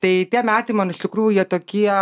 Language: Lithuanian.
tai tie metai man iš tikrųjų jie tokie